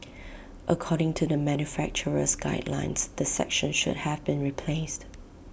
according to the manufacturer's guidelines the section should have been replaced